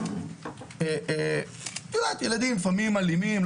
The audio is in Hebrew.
את יודעת, ילדים הם לפעמים אלימים.